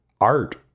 art